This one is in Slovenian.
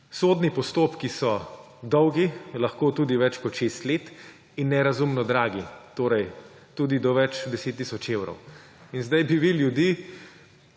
sodni postopki so dolgi, lahko tudi več kot šest let, in nerazumno dragi, tudi do več 10 tisoč evrov. In sedaj bi vi ljudi,